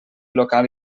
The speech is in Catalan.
local